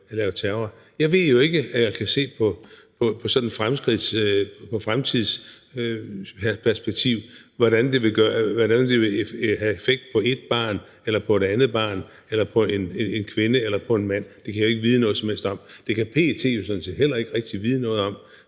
Jeg ved jo ikke eller kan se i sådan et fremtidsperspektiv, hvordan det vil have en effekt på ét barn eller på et andet barn eller på en kvinde eller på en mand. Det kan jeg jo ikke vide noget som helst om, og det kan PET sådan set heller ikke rigtig vide noget om.